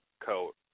coat